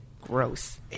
Gross